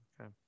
Okay